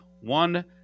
One